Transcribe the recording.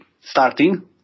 starting